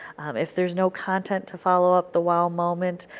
if there is no content to follow up the wow moment,